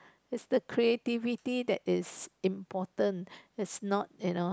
is the creativity that is important is not you know